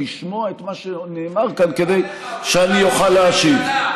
לשמוע את מה שנאמר כאן כדי שאני אוכל להשיב.